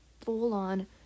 full-on